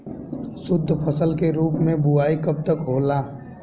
शुद्धफसल के रूप में बुआई कब तक होला?